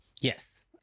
yes